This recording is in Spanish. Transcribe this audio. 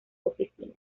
oficina